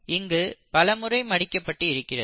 இங்கு இது பலமுறை மடிக்கப்பட்டு இருக்கிறது